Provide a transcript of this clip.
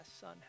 son